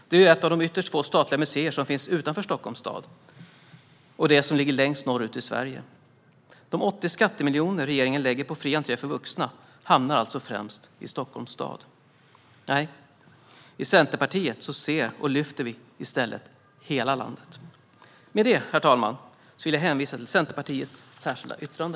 Det är ett av de ytterst få statliga museer som finns utanför Stockholms stad och det som ligger längst norrut i Sverige. De 80 skattemiljoner regeringen lägger på fri entré för vuxna hamnar alltså främst i Stockholms stad. Vi i Centerpartiet ser och lyfter i stället hela landet. Med det, herr talman, vill jag hänvisa till Centerpartiets särskilda yttrande.